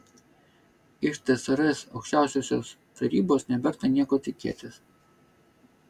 iš tsrs aukščiausiosios tarybos neverta nieko tikėtis